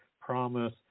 promise